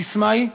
הססמה היא,